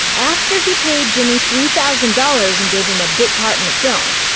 after he paid jimmy three thousand dollars and gave him a bit part in the film.